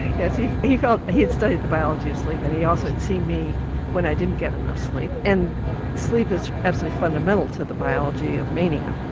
yeah he felt. he'd studied the biology of sleep and he also had seen me when i didn't get enough sleep, and sleep is absolutely fundamental to the biology of mania.